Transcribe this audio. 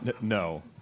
No